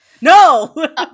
No